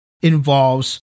involves